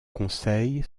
conseil